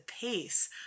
pace